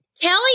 Kelly